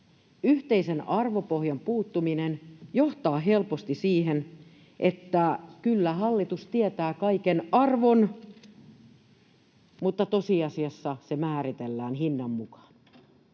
Yhteisen arvopohjan puuttuminen johtaa helposti siihen, että kyllä hallitus tietää kaiken arvon mutta tosiasiassa se määritellään hinnan mukaan.